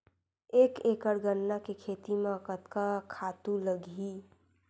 एक एकड़ गन्ना के खेती म कतका खातु लगही?